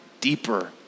deeper